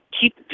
keep